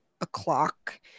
o'clock